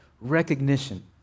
recognition